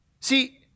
See